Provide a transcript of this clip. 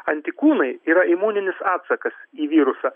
antikūnai yra imuninis atsakas į virusą